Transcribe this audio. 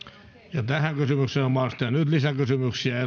tähän kysymykseen on mahdollista tehdä nyt lisäkysymyksiä